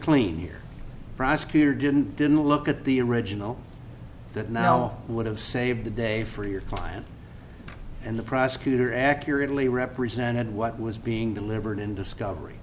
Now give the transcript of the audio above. clean here prosecutor didn't didn't look at the original that now would have saved the day for your client and the prosecutor accurately represented what was being delivered in discover